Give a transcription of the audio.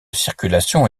circulation